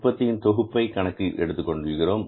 உற்பத்தியின் தொகுப்பையும் கணக்கில் எடுத்துக்கொள்கிறோம்